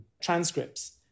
transcripts